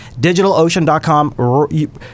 DigitalOcean.com